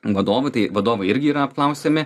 vadovų tai vadovai irgi yra apklausiami